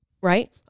right